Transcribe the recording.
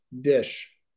dish